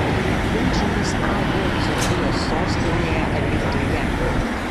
kunčinas augo dzūkijos sostinėje alytuje